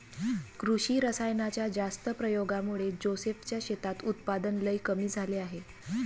कृषी रासायनाच्या जास्त प्रयोगामुळे जोसेफ च्या शेतात उत्पादन लई कमी झाले आहे